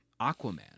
Aquaman